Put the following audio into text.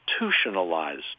institutionalized